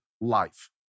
life